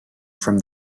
from